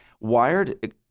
Wired